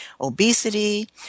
obesity